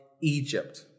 Egypt